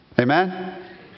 Amen